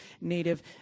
native